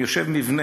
אם יש מבנה,